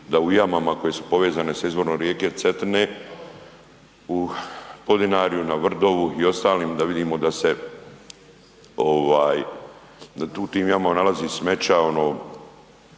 da u jamama koje su povezane sa izvorom rijeke Cetine u Podinarju, na Vrdovu i ostalim da vidimo da se ovaj da tu u tim jamama nalazi smeća ono